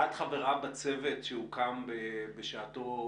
את חברה בצוות שהוקם בשעתו,